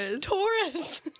Taurus